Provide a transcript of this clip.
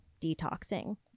detoxing